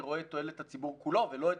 אני רואה את תועלת הציבור כולו ולא את